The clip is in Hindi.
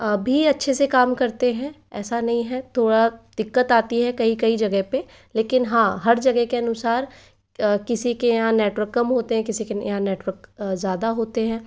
अभी अच्छे से काम करते हैं ऐसा नहीं है थोड़ा दिक्कत आती है कई कई जगह पर लेकिन हाँ हर जगह के अनुसार किसी के यहाँ नेटवर्क कम होते हैं किसी के यहाँ नेटवर्क ज़्यादा होते हैं